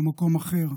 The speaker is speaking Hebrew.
אלא במקום אחר,